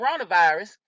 coronavirus